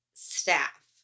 staff